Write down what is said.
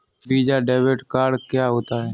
Visa debit card क्या होता है?